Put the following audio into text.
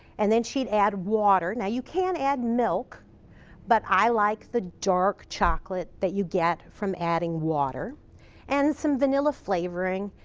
and then she'd add water now, you can add milk but i like the dark chocolate that you get from adding water and some vanilla flavoring.